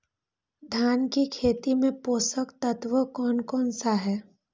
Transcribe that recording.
धान की खेती में पोषक तत्व कौन कौन सा है?